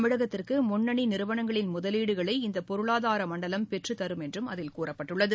தமிழகத்திற்கு முன்னணி நிறுவனங்களின் முதலீடுகளை இந்தப் பொருளாதார மண்டலம் பெற்றுத் தரும் என்றும் அதில் கூறப்பட்டுள்ளது